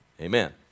Amen